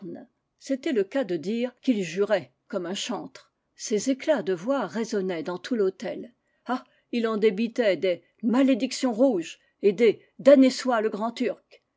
c'était le cas de dire qu'il jurait comme un chantre ses éclats de voix réson naient dans tout l'hôtel ah il en débitait des malédiction rouge et des damné soit le grand-turc pour